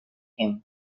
him